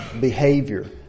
behavior